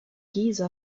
giza